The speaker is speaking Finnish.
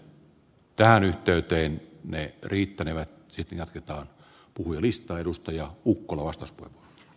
tähän yhteyteen näet riittänevät sitä jatketaan puhdistaa edustajaa vaikuttavat